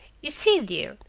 you see, dear,